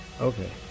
Okay